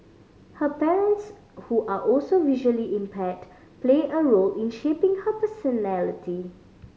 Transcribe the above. her parents who are also visually impaired play a role in shaping her personality